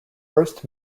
first